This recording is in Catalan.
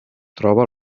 troba